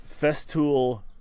Festool